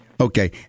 Okay